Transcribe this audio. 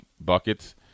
buckets